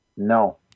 No